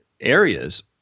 Areas